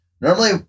normally